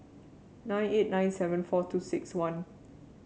nine eight nine seven four two six one